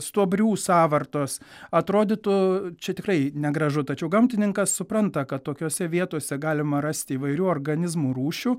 stuobrių sąvartos atrodytų čia tikrai negražu tačiau gamtininkas supranta kad tokiose vietose galima rasti įvairių organizmų rūšių